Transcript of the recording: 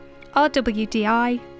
rwdi